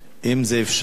אם זה אפשרי.